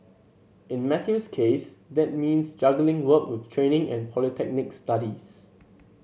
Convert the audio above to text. in Matthew's case that means juggling work with training and polytechnic studies